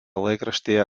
laikraštyje